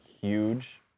huge